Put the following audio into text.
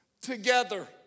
together